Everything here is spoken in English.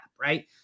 Right